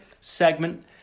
segment